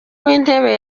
w’intebe